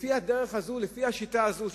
לפי השיטה הזאת,